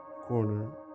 corner